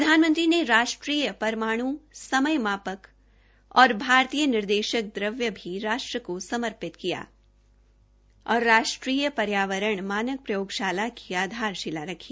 प्रधानमंत्री ने राष्ट्रीय परमाण् समय मापक और भारतीय निर्देशक दव्य भी राष्ट्र को समर्पित किया और पर्यावरण मानक प्रयोगशाल की आधारशिला रखी